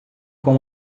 com